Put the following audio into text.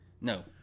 No